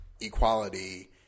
equality